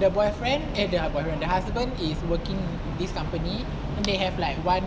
the boyfriend eh the boyfriend the husband is working in this company and they have like one